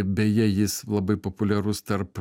beje jis labai populiarus tarp